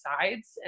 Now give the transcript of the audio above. sides